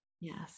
Yes